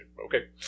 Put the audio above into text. okay